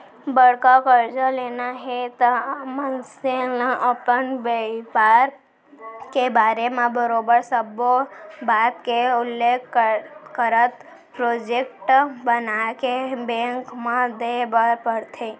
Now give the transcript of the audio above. बड़का करजा लेना हे त मनसे ल अपन बेवसाय के बारे म बरोबर सब्बो बात के उल्लेख करत प्रोजेक्ट बनाके बेंक म देय बर परथे